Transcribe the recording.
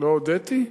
לא הודיתי?